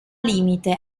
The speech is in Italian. limite